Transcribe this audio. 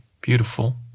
beautiful